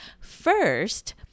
first